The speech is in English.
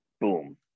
boom